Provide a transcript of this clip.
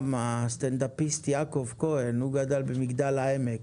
הסטנדאפיסט יעקב כהן גדל במגדל העמק.